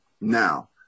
now